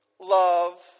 love